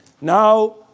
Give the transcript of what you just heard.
Now